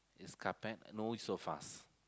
is carpet no is sofas